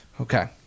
Okay